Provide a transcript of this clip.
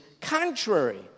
contrary